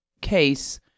CASE